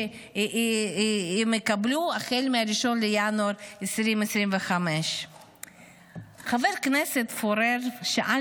אלה שהם יקבלו החל מ-1 בינואר 2025. חבר הכנסת פורר שאל